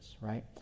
right